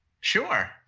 Sure